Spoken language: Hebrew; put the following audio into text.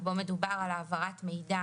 ובו מדובר על העברת מידע